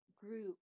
group